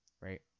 right